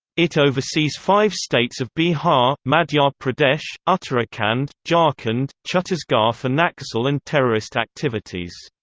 it oversees five states of bihar madhya ah pradesh, uttarakhand, jharkhand, chhattisgarh for naxal and terrorist activities.